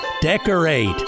Decorate